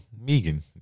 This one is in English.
Megan